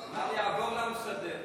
הוא אמר: יעבור למסדרת.